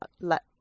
let